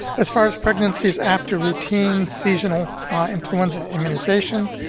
as far as pregnancies after routine seasonal influenza immunization,